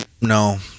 No